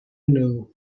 know